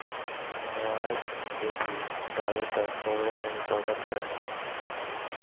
न्यास निधि जादेतर करोड़ मे ही सौदा करो हय